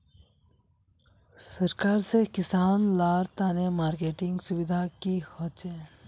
सरकार से किसान लार तने मार्केटिंग सुविधा की होचे?